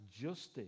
justice